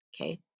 Okay